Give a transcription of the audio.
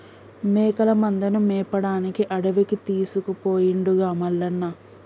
మేకల మందను మేపడానికి అడవికి తీసుకుపోయిండుగా మల్లన్న